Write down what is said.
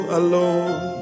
alone